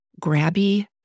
grabby